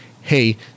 hey